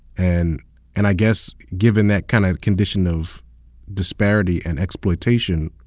and and i guess given that kind of condition of disparity and exploitation,